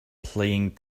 playing